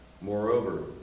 moreover